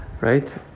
right